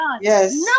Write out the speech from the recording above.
yes